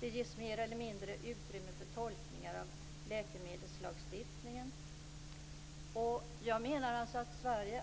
Det ges mer eller mindre utrymme för tolkningar av läkemedelslagstiftningen. Sverige